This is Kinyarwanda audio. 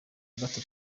batatu